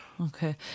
Okay